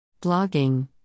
Blogging